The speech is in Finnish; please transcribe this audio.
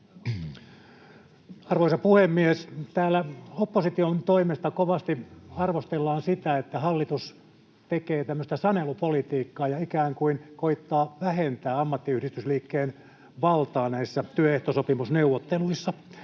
Arvoisa puhemies! Täällä opposition toimesta kovasti arvostellaan sitä, että hallitus tekee sanelupolitiikkaa ja ikään kuin koettaa vähentää ammattiyhdistysliikkeen valtaa työehtosopimusneuvotteluissa.